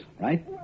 right